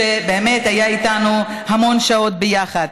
שהיה איתנו המון שעות יחד,